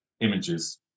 images